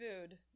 food